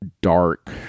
dark